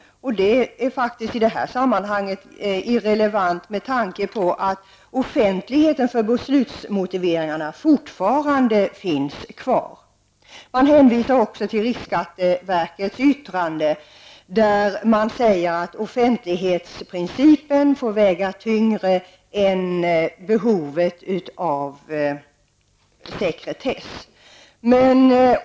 Det är faktist irrelevant i det här sammanhanget, eftersom beslutsmotiveringarna fortfarande är offentliga. Man hänvisar också till riksskatteverkets yttrande, där sägs att offentlighetsprincipen får väga tyngre än behovet av sekretess.